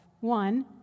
One